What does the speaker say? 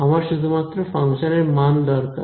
আমার শুধুমাত্র ফাংশনের মান দরকার